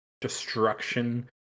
destruction